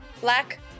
black